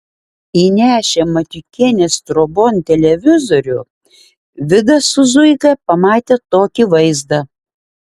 įnešę matiukienės trobon televizorių vidas su zuika pamatė tokį vaizdą